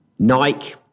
Nike